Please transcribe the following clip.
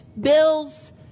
bills